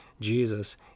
Jesus